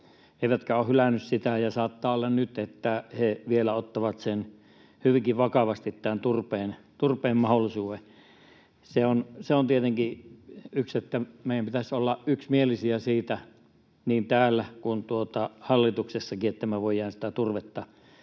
eivätkä ole hylänneet sitä, ja saattaa olla nyt, että he vielä ottavat hyvinkin vakavasti tämän turpeen mahdollisuuden. Se on tietenkin yksi, että meidän pitäisi olla yksimielisiä siitä niin täällä kuin hallituksessakin, että me voidaan sitä turvetta